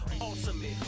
Ultimate